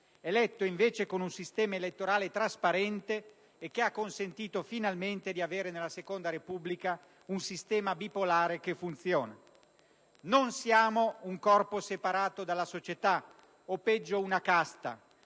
eletto invece con un sistema elettorale trasparente e che ha consentito finalmente di avere nella cosiddetta seconda Repubblica un sistema bipolare che funziona. Non siamo un corpo separato dalla società o, peggio, una casta,